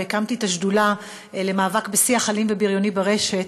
והקמתי את השדולה למאבק בשיח אלים ובריוני ברשת,